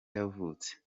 yavutse